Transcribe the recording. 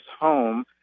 home